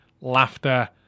laughter